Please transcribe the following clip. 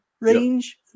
range